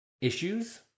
issues